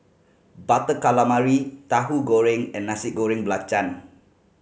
Butter Calamari Tahu Goreng and Nasi Goreng Belacan